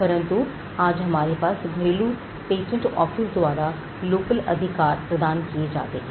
परंतु आज हमारे पास घरेलू पेटेंट ऑफिस द्वारा लोकल अधिकार प्रदान किए जाते हैं